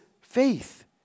faith